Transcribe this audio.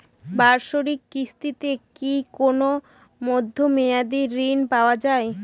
বাৎসরিক কিস্তিতে কি কোন মধ্যমেয়াদি ঋণ পাওয়া যায়?